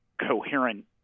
coherent